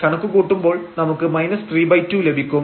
കണക്കുകൂട്ടുമ്പോൾ നമുക്ക് 32 ലഭിക്കും